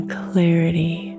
clarity